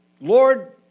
Lord